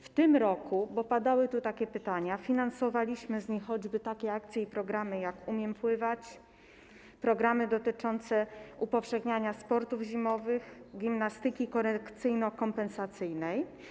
W tym roku, bo padały tu takie pytania, finansowaliśmy z niej choćby takie akcje i programy jak „Umiem Pływać”, programy dotyczące upowszechniania sportów zimowych, gimnastyki korekcyjno-kompensacyjnej.